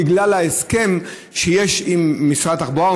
בגלל ההסכם שיש עם משרד התחבורה,